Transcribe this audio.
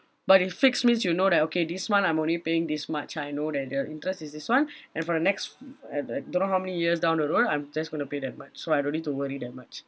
but if fixed means you know that okay this month I'm only paying this much I know that the interest is this [one] and for the next don't know how many years down the road I'm just going to pay that much so I don't need to worry that much